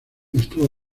estuvo